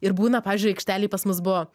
ir būna pavyzdžiui aikštelėj pas mus buvo